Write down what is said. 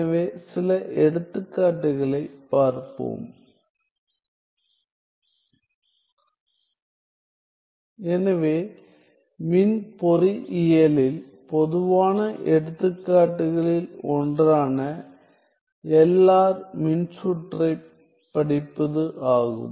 எனவே சில எடுத்துக்காட்டுகளைப் பார்ப்போம் எனவே மின் பொறியியலில் பொதுவான எடுத்துக்காட்டுகளில் ஒன்றான LR மின்சுற்றைப் படிப்பது ஆகும்